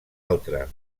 altra